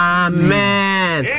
amen